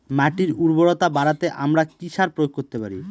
মাটির উর্বরতা বাড়াতে আমরা কি সার প্রয়োগ করতে পারি?